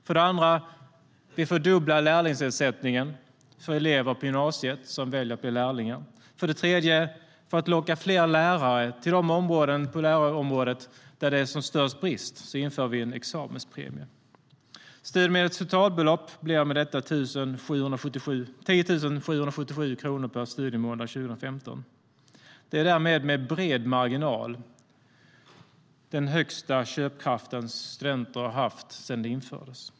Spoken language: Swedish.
För det andra fördubblar vi lärlingsersättningen för elever på gymnasiet som väljer att bli lärlingar. För det tredje inför vi, för att locka fler lärare till de delar av lärarområdet där bristen är som störst, en examenspremie. Studiemedlets totalbelopp blir med detta 10 777 kronor per studiemånad 2015. Det är därmed med bred marginal den starkaste köpkraft studenter har haft sedan det infördes.